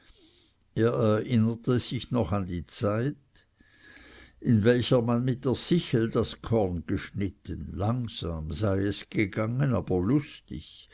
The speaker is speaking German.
er erinnere sich noch an die zeit in welcher man mit der sichel das korn geschnitten langsam sei es gegangen aber lustig